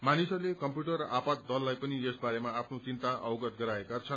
मानिसहस्ते कम्प्यूटर आपात दललाई पनि यस बारेमा आफ्नो चिन्ता अवगत गराएका छन्